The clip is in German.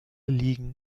liegen